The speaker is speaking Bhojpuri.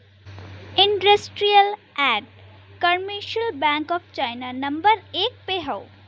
industrial and commercial bank of China number एक पे हौ